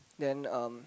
then um